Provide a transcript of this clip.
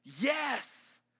yes